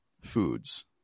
foods